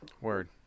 word